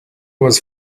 was